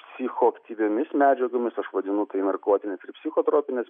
psichoaktyviomis medžiagomis aš vadinu taip narkotines ir psichotropines